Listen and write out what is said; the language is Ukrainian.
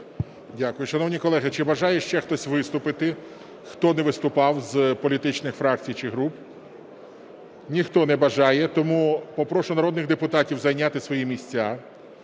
Дякую. Шановні колеги, чи бажає ще хтось виступити, хто не виступав, з політичних фракцій чи груп? Ніхто не бажає. Тому попрошу народних депутатів зайняти свої місця.